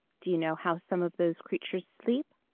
do you know how some of those creatures sleep?